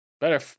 Better